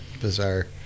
bizarre